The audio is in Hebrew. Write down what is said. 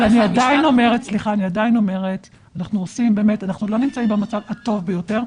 אבל אני עדיין אומרת אנחנו עוד לא נמצאים במצב הטוב ביותר,